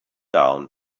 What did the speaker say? down